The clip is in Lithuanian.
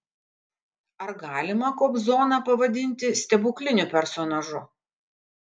ar galima kobzoną pavadinti stebukliniu personažu